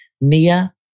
Nia